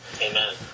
amen